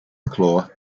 claw